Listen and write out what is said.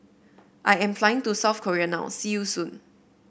I am flying to South Korea now see you soon